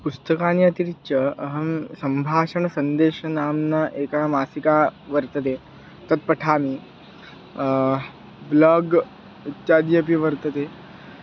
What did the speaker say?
पुस्तकानि अतिरिच्य अहं सम्भाषणसन्देशनाम्नी एका मासिका वर्तते तत् पठामि ब्लाग् इत्यादि अपि वर्तते